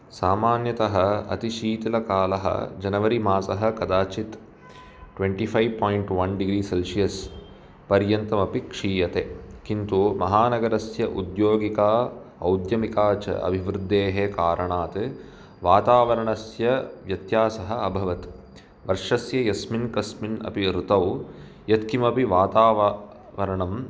सामान्यतः अतिशीतलकालः जनवरारिमासः कदाचिद् twenty five point one degree Celsius पर्यन्तमपि क्षीयते किन्तु महानगरस्य उद्यगिका औद्यमिका च अभिवृद्धेः कारणात् वातावरणस्य व्यत्यासः अभवत् वर्षस्य यस्मिन् कस्मिन् अपि ऋतौः यद् किम् अपि वातावरणं